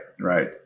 right